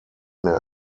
mehr